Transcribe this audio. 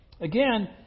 Again